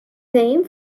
name